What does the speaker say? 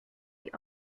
die